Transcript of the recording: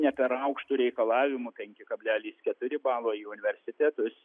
ne per aukštu reikalavimu penki kablelis keturi balo į universitetus